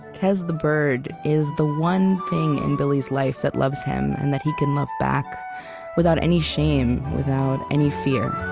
kes the bird is the one thing in billy's life that loves him and that he can love back without any shame, without any fear.